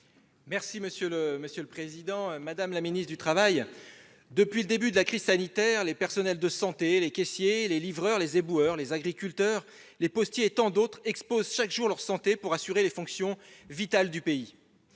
Mme la ministre du travail. Madame la ministre, depuis le début de la crise sanitaire, les personnels de santé, les caissiers, les livreurs, les éboueurs, les agriculteurs, les postiers et tant d'autres exposent chaque jour leur santé pour assurer les fonctions vitales du pays.